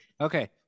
okay